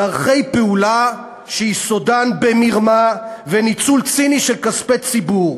דרכי פעולה שיסודן במרמה וניצול ציני של כספי ציבור,